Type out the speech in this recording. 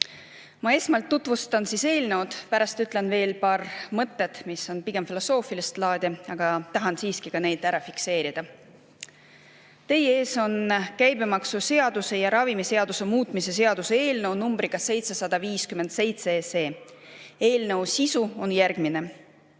Esmalt tutvustan eelnõu, pärast ütlen veel paar mõtet, mis on pigem filosoofilist laadi, aga ma tahan siiski ka need ära fikseerida. Teie ees on käibemaksuseaduse ja ravimiseaduse muutmise seaduse eelnõu numbriga 757. Eelnõu sisu on järgmine.